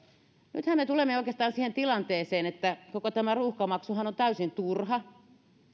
nythän me tulemme oikeastaan siihen tilanteeseen että koko tämä ruuhkamaksuhan on täysin turha